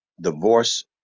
Divorce